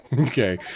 Okay